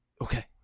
Okay